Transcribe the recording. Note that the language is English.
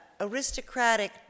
aristocratic